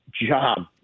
job